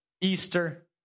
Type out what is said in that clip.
Easter